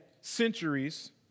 centuries